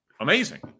Amazing